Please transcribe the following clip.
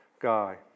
guy